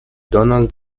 donald